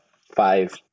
five